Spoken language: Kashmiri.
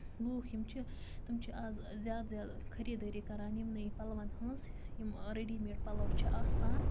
لوٗکھ یِم چھِ تِم چھِ آز زیادٕ زیادٕ خٔریٖدٲری کران یِمنٕے پَلوَن ہنز یِم ریڈی میڈ پَلو چھِ آسان